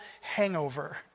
hangover